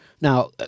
Now